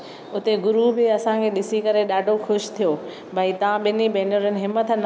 उते गुरु बि असांखे ॾिसी करे ॾाढो ख़ुशि थियो भई तव्हां ॿिनी भेनरुनि हिमथ न हारी आहे